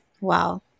Wow